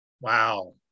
Wow